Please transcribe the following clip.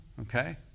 Okay